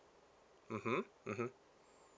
mmhmm mmhmm